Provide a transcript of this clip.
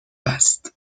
است